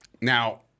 Now